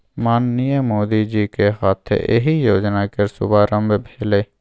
माननीय मोदीजीक हाथे एहि योजना केर शुभारंभ भेलै